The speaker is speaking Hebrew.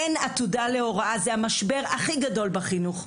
אין עתודה להוראה, זה המשבר הכי גדול בחינוך.